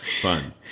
Fun